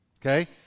Okay